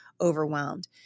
overwhelmed